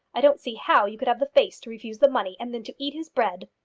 i don't see how you could have the face to refuse the money, and then to eat his bread.